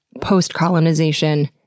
post-colonization